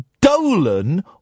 Dolan